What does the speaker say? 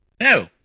No